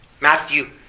Matthew